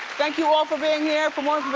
thank you all for being here. for